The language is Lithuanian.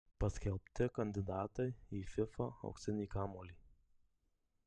paskelbti kandidatai į fifa auksinį kamuolį